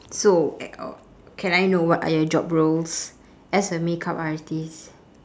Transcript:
so can I know what are your job roles as a makeup artist